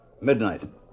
midnight